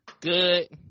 good